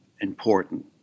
important